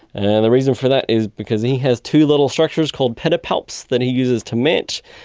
and the reason for that is because he has too little structures called pedipalps that he uses to mate.